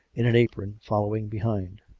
in an apron, following behind.